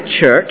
church